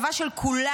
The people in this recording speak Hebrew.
הצבא של כולנו,